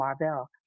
Marvel